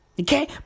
Okay